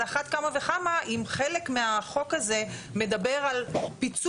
על אחת כמה וכמה אם חלק מהחוק הזה מדבר על פיצול,